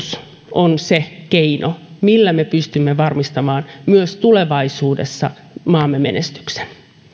on se keino millä me pystymme varmistamaan myös tulevaisuudessa maamme menestyksen